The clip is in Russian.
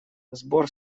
сбор